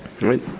Right